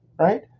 Right